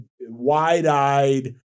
wide-eyed